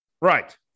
Right